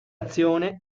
azione